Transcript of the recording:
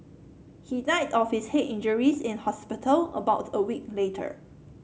he died of his head injuries in hospital about a week later